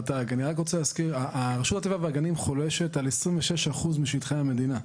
רשות הטבע והגנים חולשת על 26% משטחי המדינה.